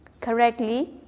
correctly